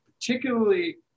particularly